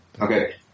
Okay